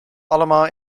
allemaal